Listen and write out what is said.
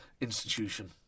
institution